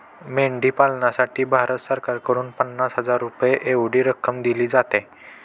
मेंढी पालनासाठी भारत सरकारकडून पन्नास हजार रुपये एवढी रक्कम दिली जाते